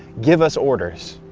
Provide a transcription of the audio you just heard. give us orders.